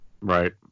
right